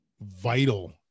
vital